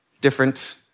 different